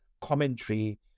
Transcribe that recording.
commentary